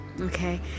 okay